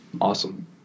Awesome